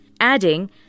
adding